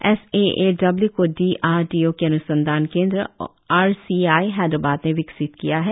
SAAW को DRDO के अन्संधान केन्द्र आरसीआई हैदराबाद ने विकसित किया है